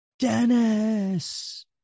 Dennis